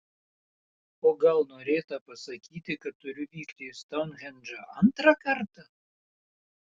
o gal norėta pasakyti kad turiu vykti į stounhendžą antrą kartą